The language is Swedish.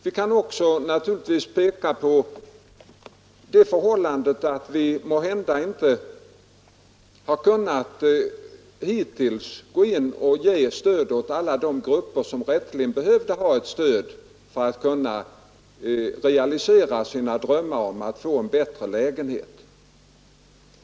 Vi kan också peka på det förhållandet att vi måhända inte hittills har kunnat ge stöd åt alla de grupper som rätteligen behövde ha ett stöd för att kunna realisera sina drömmar om att få en bättre lägenhet.